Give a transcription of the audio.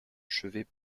chevet